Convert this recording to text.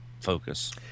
focus